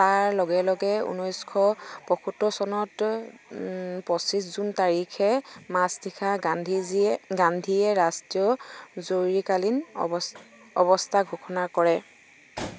তাৰ লগে লগে ঊনৈছশ পঁয়সত্তৰ চনত পঁচিছ জুন তাৰিখে মাজনিশা গান্ধীজি গান্ধীয়ে ৰাষ্ট্ৰীয় জৰুৰীকালীন অৱস্থা ঘোষণা কৰে